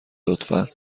لطفا